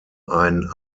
ein